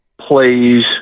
plays